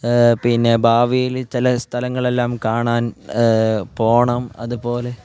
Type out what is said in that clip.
പിന്നെ ബാവേലിത്തല സ്ഥലങ്ങളെല്ലാം കാണാൻ പോകണം അതു പോലെ